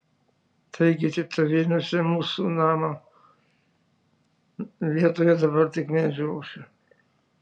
taigi tytuvėnuose mūsų namo vietoje dabar tik medžiai ošia